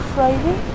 Friday